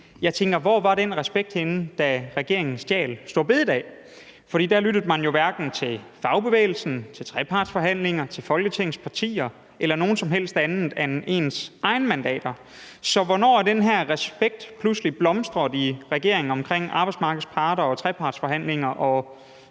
Jeg tænker: Hvor var den respekt henne, da regeringen stjal store bededag? For da lyttede man jo hverken til fagbevægelsen, til trepartsforhandlingerne, til Folketingets partier eller til nogen som helst andre end ens egne mandater. Så hvornår er den her respekt pludselig blomstret i regeringen omkring arbejdsmarkedets parter, trepartsforhandlinger og